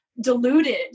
deluded